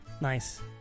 Nice